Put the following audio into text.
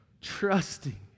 trusting